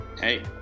Hey